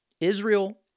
Israel